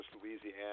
Louisiana